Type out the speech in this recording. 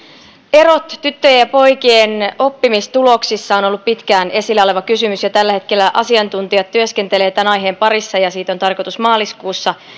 erot tyttöjen ja poikien oppimistuloksissa ovat olleet pitkään esillä ollut kysymys ja tällä hetkellä asiantuntijat työskentelevät tämän aiheen parissa ja siitä on tarkoitus maaliskuussa